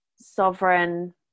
sovereign